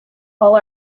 all